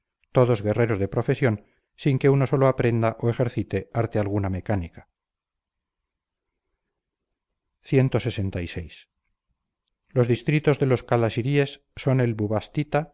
todos guerreros de profesión sin que uno solo aprenda o ejercite arte alguna mecánica clxvi los distritos de los calasiries son el